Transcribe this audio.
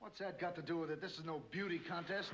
what's that got to do with it this is no beauty contest